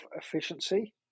efficiency